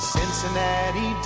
Cincinnati